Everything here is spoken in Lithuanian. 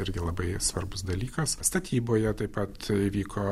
irgi labai svarbus dalykas statyboje taip pat įvyko